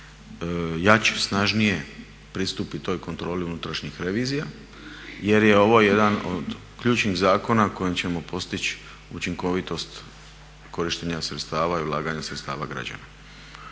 jače, snažnije pristupi toj kontroli unutrašnjih revizija jer je ovo jedan od ključnih zakona kojim ćemo postići učinkovitost korištenja sredstava i ulaganja sredstva građana.